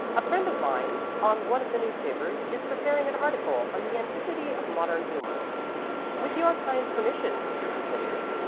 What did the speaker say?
a friend of mine on one of the newspapers is preparing an article on the antiquity of modern humor with your kind permission, mrs. smithers,